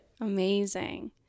Amazing